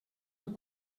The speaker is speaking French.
aux